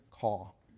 call